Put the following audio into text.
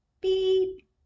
Beep